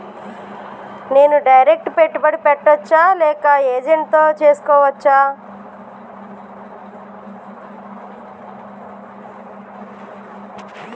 నేను డైరెక్ట్ పెట్టుబడి పెట్టచ్చా లేక ఏజెంట్ తో చేస్కోవచ్చా?